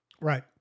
Right